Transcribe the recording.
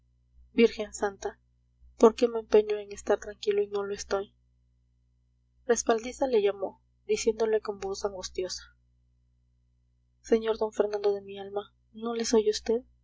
virgen santa por qué me empeño en estar tranquilo y no lo estoy respaldiza le llamó diciéndole con voz angustiosa sr d fernando de mi alma no les oye usted